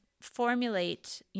formulate